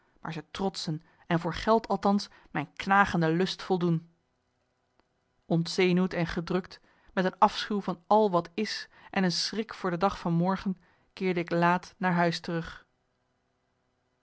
maar ze trotsen en voor geld althans mijn knagende lust voldoen ontzenuwd en gedrukt met een afschuw van al wat is en een schrik voor de dag van morgen keerde ik laat naar huis terug